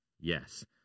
Yes